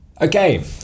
okay